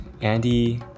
Andy